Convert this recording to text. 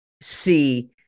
see